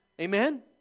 Amen